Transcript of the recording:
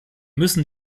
müssen